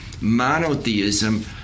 monotheism